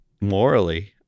Morally